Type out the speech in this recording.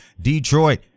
Detroit